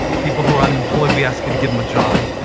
people who are unemployed, we ask you to give them a job.